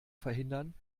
verhindern